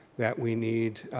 that we need,